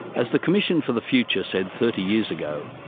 as the commission for the future said thirty years ago,